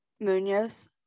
Munoz